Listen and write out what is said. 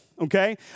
Okay